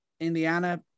Indiana